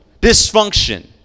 dysfunction